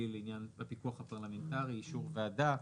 לעניין הפיקוח הפרלמנטרי ואישור וועדה.